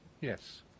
Yes